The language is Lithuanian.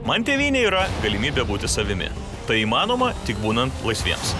man tėvynė yra galimybė būti savimi tai įmanoma tik būnant laisviems